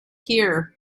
here